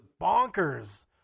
bonkers